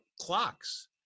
Clocks